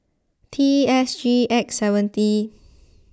T S G X seventy